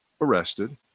arrested